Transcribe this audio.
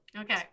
okay